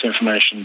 information